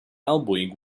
elbowing